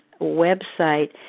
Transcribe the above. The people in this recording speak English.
website